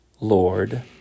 Lord